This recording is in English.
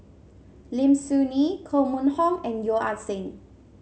Lim Soo Ngee Koh Mun Hong and Yeo Ah Seng